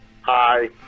Hi